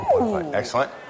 Excellent